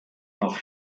nach